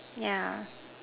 yeah